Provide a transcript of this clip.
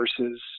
versus